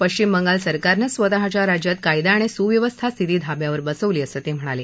पश्चिम बंगाल सरकारनच स्वतःच्या राज्यात कायदा आणि सुव्यवस्था स्थिती धाब्यावर बसवली असं ते म्हणाले